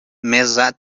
meza